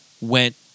went